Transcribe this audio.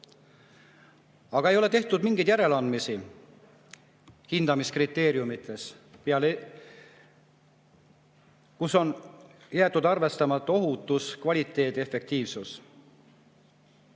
Aga ei ole tehtud mingeid [muudatusi] hindamiskriteeriumites, on jäetud arvestamata ohutus, kvaliteet ja efektiivsus.